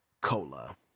cola